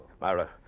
Myra